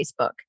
Facebook